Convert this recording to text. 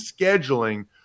scheduling